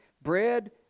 bread